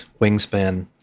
wingspan